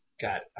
got